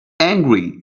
angry